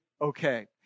okay